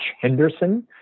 Henderson